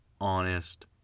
honest